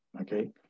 Okay